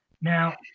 Now